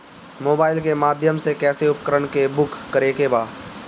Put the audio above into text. Mobile के माध्यम से कैसे उपकरण के बुक करेके बा?